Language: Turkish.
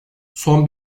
son